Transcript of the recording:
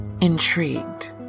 Intrigued